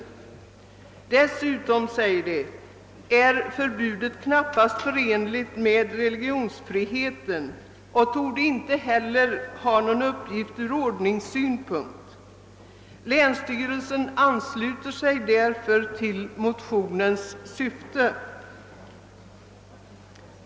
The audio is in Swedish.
Då dessutom «förbudet knappast är förenligt med religionsfriheten och ej heller torde ha någon uppgift ur ordningssynpunkt ansluter sig länsstyrelsen till motionernas syfte.